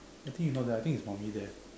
I think you not there I think it's there